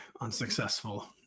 unsuccessful